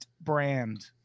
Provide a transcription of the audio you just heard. brand